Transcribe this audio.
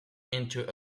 into